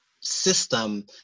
system